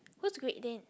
who's great dane